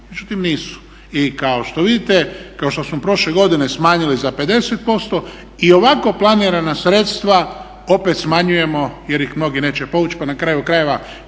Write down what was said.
međutim nisu. I kao što vidite, kao što smo prošle godine smanjili za 50% i ovako planirana sredstva opet smanjujemo jer ih mnogi neće povući pa na kraju krajeva